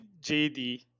JD